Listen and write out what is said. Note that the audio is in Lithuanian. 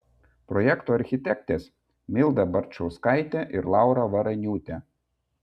projekto architektės milda barčauskaitė ir laura varaniūtė